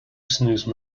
snooze